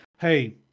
hey